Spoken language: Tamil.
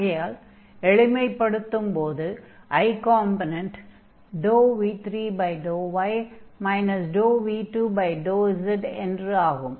ஆகையால் எளிமைப்படுத்தும்போது i காம்பொனென்ட் v3∂y v2∂z என்று ஆகும்